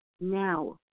now